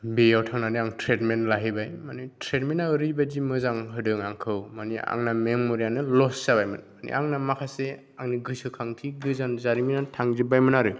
बेयाव थानानै आं ट्रिटमेन्ट लाहैबाय माने ट्रिटमेन्टआ ओरैबायदि मोजां होदों आंखौ माने आंना मेम'रियानो लस जाबायमोन माने आंना माखासे आंनि गोसोखांथि गोजाम जारिमिना थांजोब्बायमोन आरो